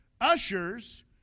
ushers